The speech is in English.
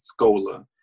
Scola